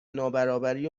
نابرابری